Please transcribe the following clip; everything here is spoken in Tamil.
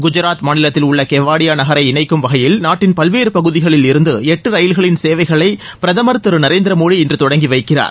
குஜராத் மாநிலத்தில் உள்ள கெவாடியா நகரை இணைக்கும் வகையில் நாட்டின் பல்வேறு பகுதிகளில் இருந்து எட்டு ரயில்களின் சேவைகளை பிரதமர் திரு நரேந்திர மோடி இன்று தொடங்கிவைக்கிறார்